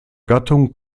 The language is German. gattung